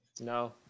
No